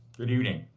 good evening